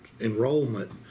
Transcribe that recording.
enrollment